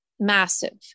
massive